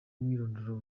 umwirondoro